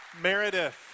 Meredith